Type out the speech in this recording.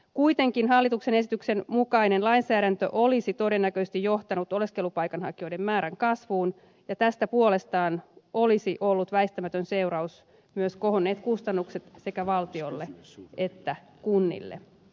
kuitenkin hallituksen esityksen mukainen lainsäädäntö olisi todennäköisesti johtanut oleskelupaikanhakijoiden määrän kasvuun ja tästä puolestaan olisivat ollut väistämättömänä seurauksena myös kohonneet kustannukset sekä valtiolle että kunnille